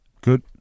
Good